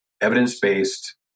evidence-based